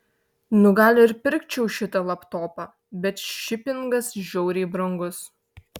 nu gal ir pirkčiau šitą laptopą bet šipingas žiauriai brangus